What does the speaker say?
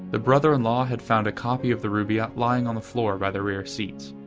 the brother-in-law had found a copy of the rubaiyat lying on the floor by the rear seats.